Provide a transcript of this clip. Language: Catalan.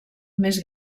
més